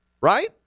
Right